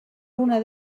una